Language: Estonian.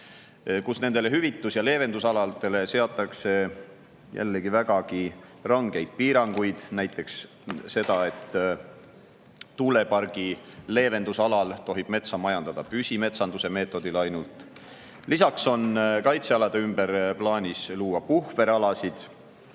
et nendele hüvitus- ja leevendusaladele seatakse vägagi rangeid piiranguid. Näiteks tuulepargi leevendusalal tohib metsa majandada ainult püsimetsanduse meetodil, lisaks on kaitsealade ümber plaanis luua puhveralasid.